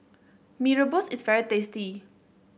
Mee Rebus is very tasty